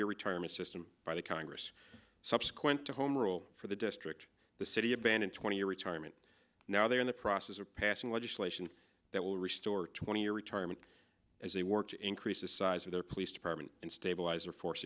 year retirement system by the congress subsequent to home rule for the district the city abandoned twenty year retirement now they are in the process of passing legislation that will restore twenty year retirement as they work to increase the size of their police department and stabilize or force